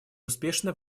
успешно